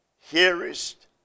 hearest